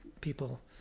people